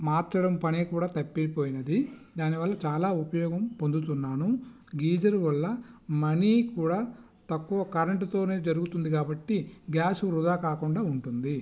మార్చడం పని కూడా తప్పీ పోయినది దాని వల్ల చాలా ఉపయోగం పొందుతున్నాను గీజర్ వల్ల మనీ కూడా తక్కువ కరెంటుతోనే జరుగుతుంది కాబట్టి గ్యాస్ వృథా కాకుండా ఉంటుంది